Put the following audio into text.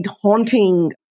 haunting